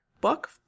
book